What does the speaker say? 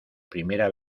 primera